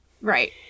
Right